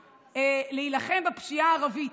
להילחם בפשיעה הערבית.